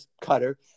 cutter